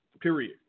Period